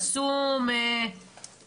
אל קסום --- לא,